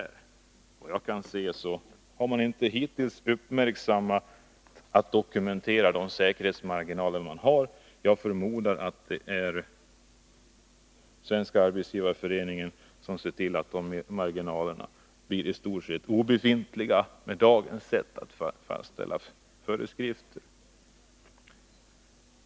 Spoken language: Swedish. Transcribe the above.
Såvitt jag kan se har arbetarskyddsstyrelsen hittills inte ”uppmärksammat” att dokumentera de säkerhetsmarginaler man har. Jag förmodar att det är Svenska arbetsgivareföreningen som ser till att marginalerna blir i stort sett obefintliga, med dagens sätt att fastställa föreskrifter.